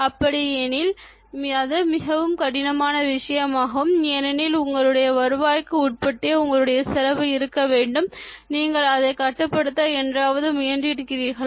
அப்படி எனில் அது மிக கடினமான விஷயமாகும் ஏனெனில் உங்களுடைய வருவாய்க்கு உட்பட்டே உங்களுடைய செலவு இருக்க வேண்டும் நீங்கள் அதை கட்டுப்படுத்த என்றாவது முயன்று இருக்கிறீர்களா